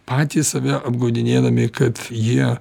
patys save apgaudinėdami kad jie